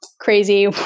crazy